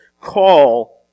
call